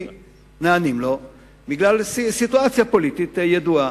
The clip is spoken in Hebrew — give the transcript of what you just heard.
כי נענים לו בגלל סיטואציה פוליטית ידועה.